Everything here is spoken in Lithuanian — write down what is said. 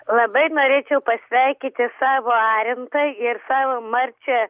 labai norėčiau pasveikyti savo arintą ir savo marčią